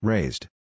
Raised